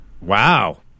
Wow